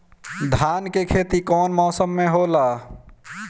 धान के खेती कवन मौसम में होला?